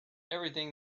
everything